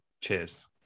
Cheers